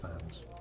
fans